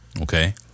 Okay